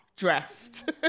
Dressed